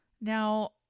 Now